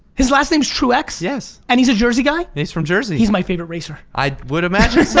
his last name's truex? yes. and he's a jersey guy? he's from jersey. he's my favorite racer. i would imagine so,